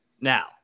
Now